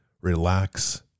relax